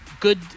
Good